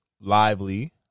Lively